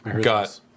got